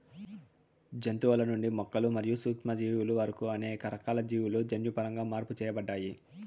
జంతువుల నుండి మొక్కలు మరియు సూక్ష్మజీవుల వరకు అనేక రకాల జీవులు జన్యుపరంగా మార్పు చేయబడ్డాయి